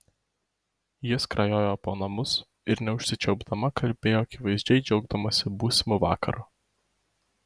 ji skrajojo po namus ir neužsičiaupdama kalbėjo akivaizdžiai džiaugdamasi būsimu vakaru